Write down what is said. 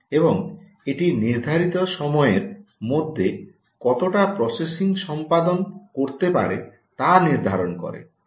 এবং এটি নির্ধারিত সময়ের মধ্যে কতটা প্রসেসিং সম্পাদন করতে পারে তা নির্ধারণ করে